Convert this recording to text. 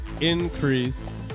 increase